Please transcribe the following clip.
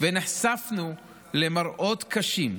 ונחשפנו למראות קשים.